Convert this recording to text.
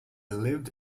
lived